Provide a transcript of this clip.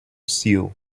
seal